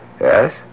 Yes